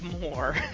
more